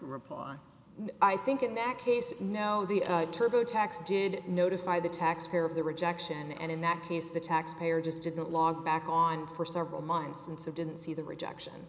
reply i think in that case no the turbo tax did notify the taxpayer of the rejection and in that case the taxpayer just didn't log back on for several months and so didn't see the rejection